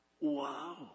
wow